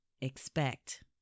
expect